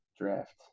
draft